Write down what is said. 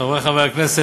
חברי חברי הכנסת,